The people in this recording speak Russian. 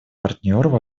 партнеров